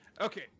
Okay